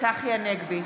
צחי הנגבי,